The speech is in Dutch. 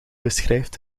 beschrijft